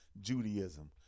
Judaism